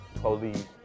police